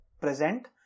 present